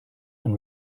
and